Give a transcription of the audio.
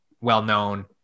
well-known